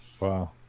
Wow